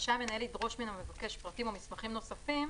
ורשאי המנהל לדרוש מן המבקש פרטים או מסמכים נוספים,